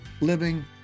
living